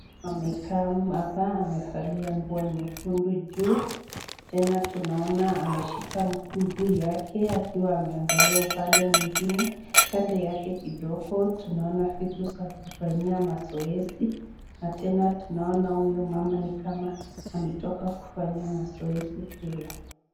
Amekaa hapa, amevalia nguo nyekundu juu. Tena tunaona ameshika nguo yake akiwa ameangalia upande mwingine. Kando yake kidogo, tunaona vitu za kufanyia mazoezi, na tena tunaona huyu mama ni kama ametoka kufanya mazoezi hilo.